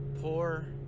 poor